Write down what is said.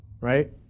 right